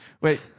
wait